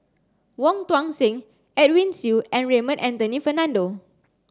Wong Tuang Seng Edwin Siew and Raymond Anthony Fernando